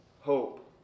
hope